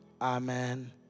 Amen